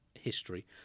history